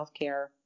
healthcare